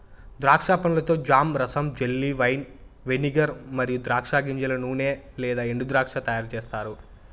ద్రాక్ష పండ్లతో జామ్, రసం, జెల్లీ, వైన్, వెనిగర్ మరియు ద్రాక్ష గింజల నూనె లేదా ఎండుద్రాక్ష తయారుచేస్తారు